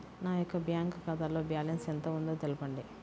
నా యొక్క బ్యాంక్ ఖాతాలో బ్యాలెన్స్ ఎంత ఉందో తెలపండి?